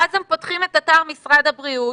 ואז הם פותחים את אתר משרד הבריאות,